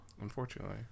Unfortunately